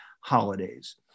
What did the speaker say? holidays